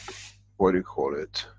what do you call it?